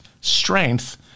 strength